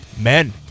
Men